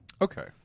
Okay